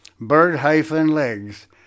bird-legs